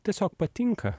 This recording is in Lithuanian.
tiesiog patinka